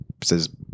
says